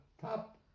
top